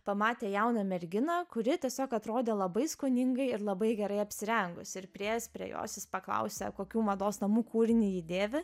pamatė jauną merginą kuri tiesiog atrodė labai skoningai ir labai gerai apsirengusi ir priėjęs prie jos jis paklausė kokių mados namų kūrinį ji dėvi